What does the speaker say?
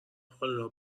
حالا